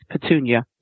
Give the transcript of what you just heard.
Petunia